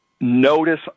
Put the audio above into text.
Notice